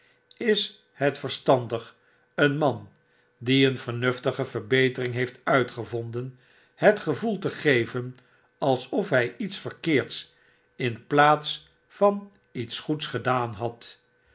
is het verstandig een man die een vernuftige verbetering heeft uitgevonden het gevoel te geven alsof hij iets verkeerds in plaats van iets goeds gedaan had